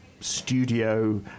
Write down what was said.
studio